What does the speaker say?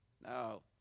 No